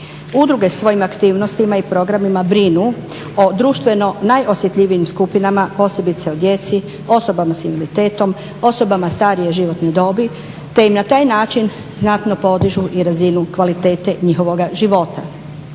Udruge svojim aktivnostima i programima brinu o društveno najosjetljivijim skupinama, posebice o djeci, osobama s invaliditetom, osobama starije životne dobi te im na taj način znatno podižu i razinu kvalitete njihovoga života.